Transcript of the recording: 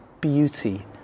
beauty